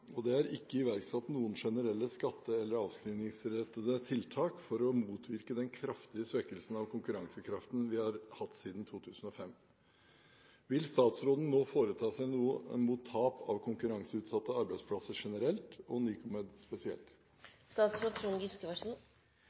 og forskningsinnsatsen er svak, og det er ikke iverksatt noen generelle skatte- eller avskrivningsrettede tiltak for å motvirke den kraftige svekkelsen av konkurransekraften vi har hatt siden 2005. Vil statsråden nå foreta seg noe mot tap av konkurranseutsatte arbeidsplasser generelt og Nycomed spesielt?»